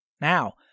Now